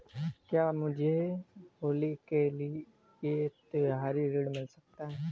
क्या मुझे होली के लिए त्यौहारी ऋण मिल सकता है?